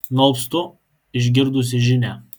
nualpstu išgirdusi žinią